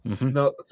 no